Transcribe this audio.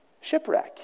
shipwreck